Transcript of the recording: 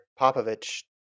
Popovich